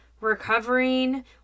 recovering